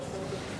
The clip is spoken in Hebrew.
זהות.